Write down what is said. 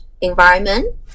environment